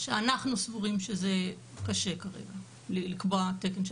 אנחנו סבורים שזה קשה כרגע לקבוע תקן של